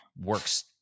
works